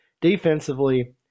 defensively